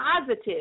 positive